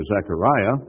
Zechariah